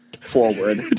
forward